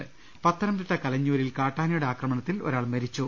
് പത്തനംതിട്ട കലഞ്ഞൂരിൽ കാട്ടാനയുടെ ആക്രമണത്തിൽ ഒരാൾ മരിച്ചു